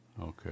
Okay